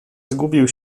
zgubił